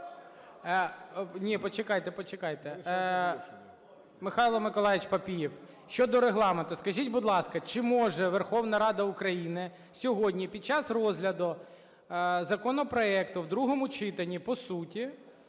Ні, почекайте, почекайте. Михайло Миколайович Папієв. Щодо Регламенту. Скажіть, будь ласка, чи може Верховна Рада України сьогодні під час розгляду законопроекту в другому читанні по суті